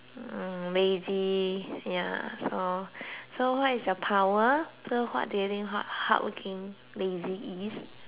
the ya so so what is your power so what do you think hard~ hardworking lazy is hmm